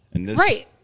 Right